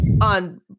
On